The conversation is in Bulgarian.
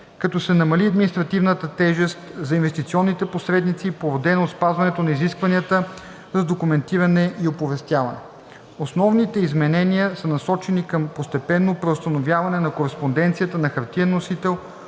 като се намали административната тежест за инвестиционните посредници, породена от спазването на изискванията за документиране и оповестяване. Основните изменения са насочени към постепенно преустановяване на кореспонденцията на хартиен носител,